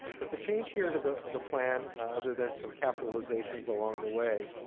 but the change here to the the plan, other than some capitalization along the way,